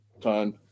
time